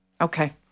okay